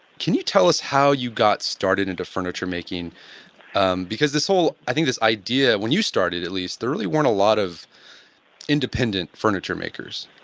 can you tell us how you got started into furniture making um because this whole, i think this idea when you started at least there really weren't a lot of independent furniture makers.